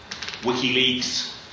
WikiLeaks